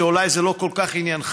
שאולי זה לא כל כך עניינך,